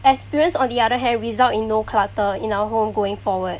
experience on the other hand result in no clutter in our home going forward